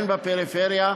הן בפריפריה,